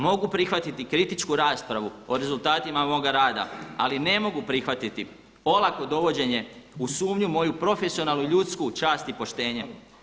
Mogu prihvatiti kritičku raspravu o rezultatima moga rada, ali ne mogu prihvatiti olako dovođenje u sumnju moju profesionalnu, ljudsku čast i poštenje.